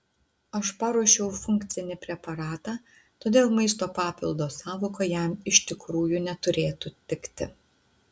aš paruošiau funkcinį preparatą todėl maisto papildo sąvoka jam iš tikrųjų neturėtų tikti